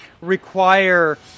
require